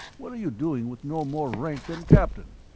what are you doing with no more rank than captain?